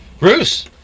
Bruce